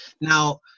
Now